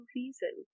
reason